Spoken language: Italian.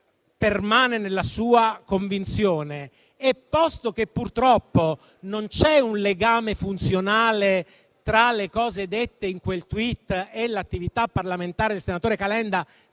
permane nella sua convinzione - e posto che purtroppo non c'è un legame funzionale tra le cose dette in quel *tweet* e l'attività parlamentare del senatore Calenda